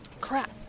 Crap